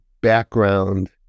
background